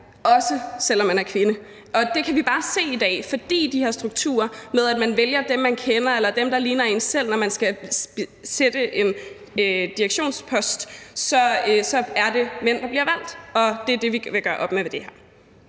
også selv om man er kvinde. Og der kan vi bare se i dag, at fordi vi har de her strukturer med, at man vælger dem, man kender, eller dem, der ligner en selv, når man skal besætte en direktionspost, så er det mænd, der bliver valgt. Og det er det, vi vil gøre op med med det her.